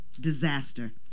disaster